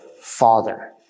Father